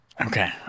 Okay